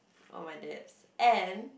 of my dad's and